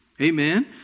Amen